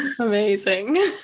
Amazing